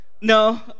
No